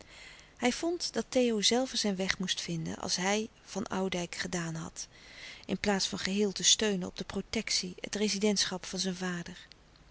hij vond dat theo zelve zijn weg moest vinden als hij van oudijck gedaan had in plaats van geheel te steunen op de protectie het rezidentschap van zijn vader